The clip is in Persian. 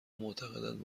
معتقدند